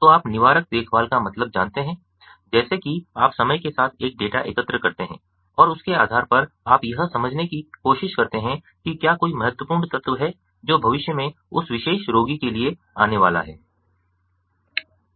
तो आप निवारक देखभाल का मतलब जानते हैं जैसे कि आप समय के साथ एक डेटा एकत्र करते हैं और उसके आधार पर आप यह समझने की कोशिश करते हैं कि क्या कोई महत्वपूर्ण तत्व है जो भविष्य में उस विशेष रोगी के लिए आने वाला है